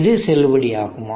இது செல்லுபடியாகுமா